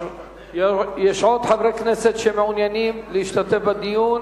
יש עוד חברי כנסת שמעוניינים להשתתף בדיון?